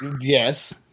Yes